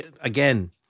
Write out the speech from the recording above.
again